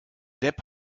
depp